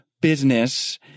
business